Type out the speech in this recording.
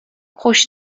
خوش